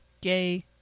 Gay